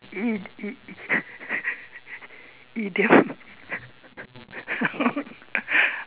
i~ i~ idiom